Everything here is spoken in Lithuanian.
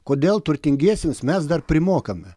kodėl turtingiesiems mes dar primokame